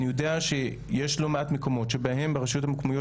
אני יודע שיש לא מעט מקומות שבהם ברשויות המקומיות